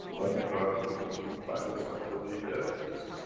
on the ground, we don't need pilots, and we don't need the air hostesses.